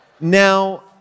Now